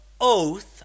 oath